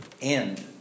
end